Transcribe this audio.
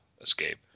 escape